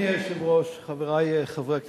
אדוני היושב-ראש, חברי חברי הכנסת,